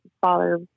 father